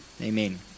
Amen